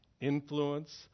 influence